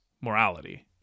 morality